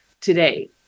today